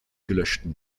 gelöschten